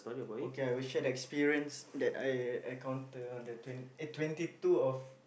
okay I will share the experience that I encounter on the twen~ eh twenty two of